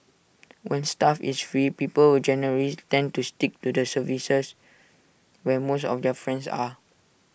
when stuff is free people will generally tend to stick to the services where most of their friends are